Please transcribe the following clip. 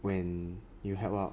when you help out